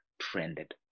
trended